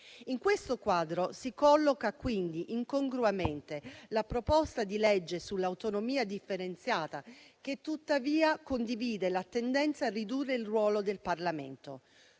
In questo quadro si colloca quasi incongruamente la proposta di legge sull'autonomia differenziata, che tuttavia condivide la tendenza a ridurre il ruolo del Parlamento.